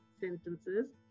sentences